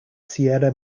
sierra